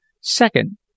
Second